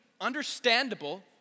understandable